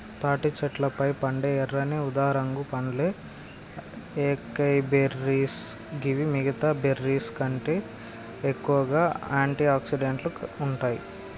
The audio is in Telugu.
తాటి చెట్లపై పండే ఎర్రని ఊదారంగు పండ్లే ఏకైబెర్రీస్ గివి మిగితా బెర్రీస్కంటే ఎక్కువగా ఆంటి ఆక్సిడెంట్లు ఉంటాయి